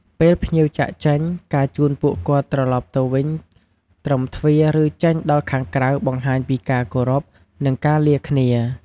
ពេលភ្ញៀវចាកចេញ ការជូនពួកគាត់ត្រឡប់ទៅវិញត្រឹមទ្វារ ឬ ចេញដល់ខាងក្រៅបង្ហាញពីការគោរព និង ការលាគ្នា។